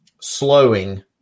slowing